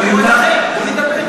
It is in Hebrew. בוא נדבר.